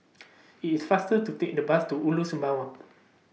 It's faster to Take The Bus to Ulu Sembawang